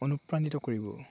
অনুপ্ৰাণিত কৰিব